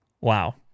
Wow